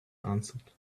answered